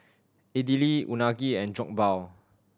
Idili Unagi and Jokbal